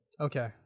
Okay